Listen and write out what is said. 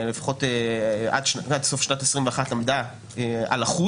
ולפחות עד סוף שנת 2021 עמדה על 1%,